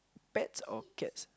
pets or cats